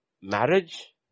marriage